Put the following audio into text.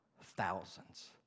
thousands